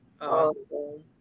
Awesome